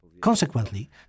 Consequently